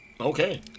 Okay